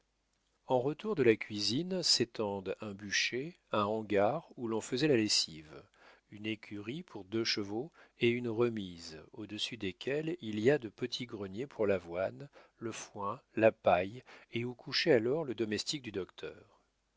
en retour de la cuisine s'étendent un bûcher un hangar où l'on faisait la lessive une écurie pour deux chevaux et une remise au-dessus desquels il y a de petits greniers pour l'avoine le foin la paille et où couchait alors le domestique du docteur